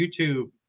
YouTube